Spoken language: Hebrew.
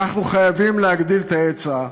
אנחנו חייבים להגדיל את ההיצע.